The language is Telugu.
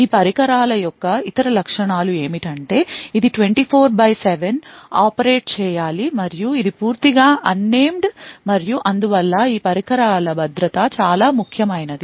ఈ పరికరాల యొక్క ఇతర లక్షణాలు ఏమిటంటే ఇది 24 బై 7 ఆపరేట్ చేయాలి మరియు ఇది పూర్తిగా unmanned మరియు అందువల్ల ఈ పరికరాల భద్రత చాలా ముఖ్యమైనది